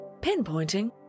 Pinpointing